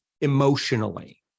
emotionally